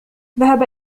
ذهب